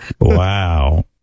Wow